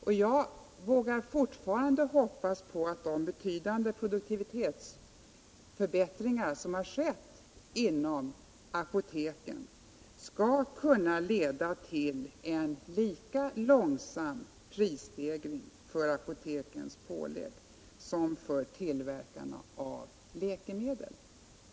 Och jag vågar fortfarande hoppas att de betydande produktivitetsförbättringar som skett inom Apoteksbolaget skall kunna leda till en lika långsam prisstegring för apotekens pålägg som för tillverkarna av läkemedel.